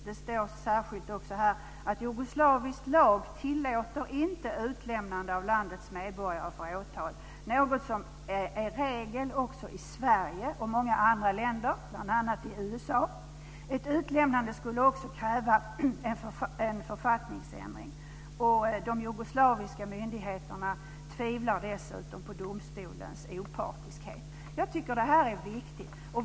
Det framhålls särskilt att jugoslavisk lag inte tillåter utlämnande av landets medborgare för åtal, något som är regel också i Sverige och i många andra länder, bl.a. i USA. Ett utlämnande skulle också kräva en författningsändring. De jugoslaviska myndigheterna tvivlar dessutom på domstolens opartiskhet. Jag tycker att det här är viktigt.